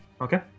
Okay